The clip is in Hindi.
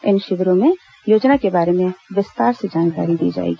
इन शिविरों में योजना के बारे में विस्तार से जानकारी दी जाएगी